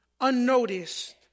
unnoticed